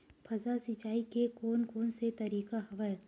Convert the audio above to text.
फसल सिंचाई के कोन कोन से तरीका हवय?